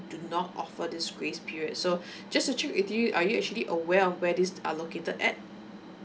do not offer this grace period so just to check with you are you actually aware of where these are located at